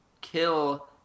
kill